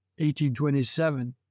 1827